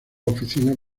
oficinas